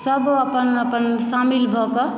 सभ अपन अपन शामिल भऽके